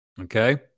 Okay